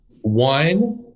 one